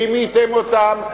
רימיתם אותם,